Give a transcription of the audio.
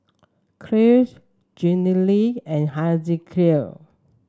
Cleve Jenilee and Hezekiah